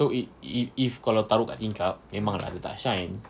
so it it if kalau taruk dekat tingkap memang lah dia tak shine